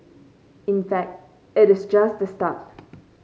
in fact it is just the start